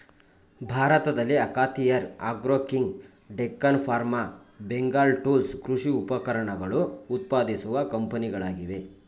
ಭಾರತದಲ್ಲಿ Akhatiyar agro king, Deccan farm, Bengal tools ಕೃಷಿ ಉಪಕರಣಗಳನ್ನು ಉತ್ಪಾದಿಸುವ ಕಂಪನಿಗಳಾಗಿವೆ